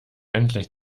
endlich